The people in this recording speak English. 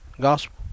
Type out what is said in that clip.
gospel